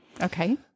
Okay